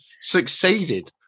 succeeded